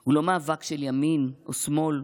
הוא לא מאבק של ימין או שמאל,